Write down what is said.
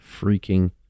freaking